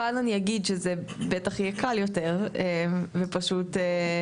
כאן אני אגיד שזה בטח יהיה קל יותר ופשוט אהה.